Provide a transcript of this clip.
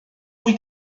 wyt